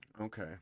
Okay